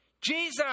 Jesus